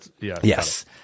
Yes